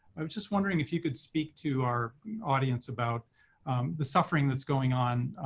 i'm just wondering if you could speak to our audience about the suffering that's going on